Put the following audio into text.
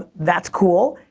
that's cool,